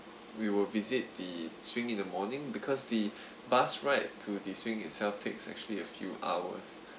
we will visit the swing in the morning because the bus ride to the swing itself takes actually a few hours